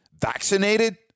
vaccinated